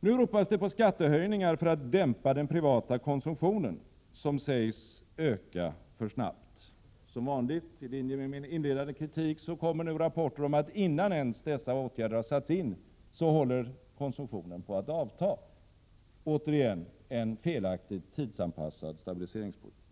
Nu ropas det på skattehöjningar för att dämpa den privata konsumtionen, som sägs öka för snabbt. Som vanligt — i linje med min inledande kritik — kommer nu rapporter om att innan dessa åtgärder ens satts in håller konsumtionen på att avta. Det är återigen en felaktig tidsanpassad stabiliseringspolitik.